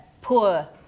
poor